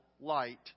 light